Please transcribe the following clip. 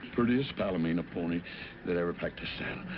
prettiest palomino pony that ever packed a saddle.